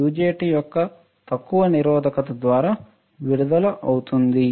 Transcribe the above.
UJT యొక్క తక్కువ నిరోధకత ద్వారా విడుదల అవుతుంది